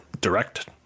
direct